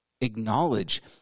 acknowledge